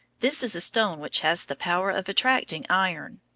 this is a stone which has the power of attracting iron.